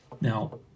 Now